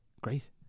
Great